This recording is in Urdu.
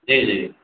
جی جی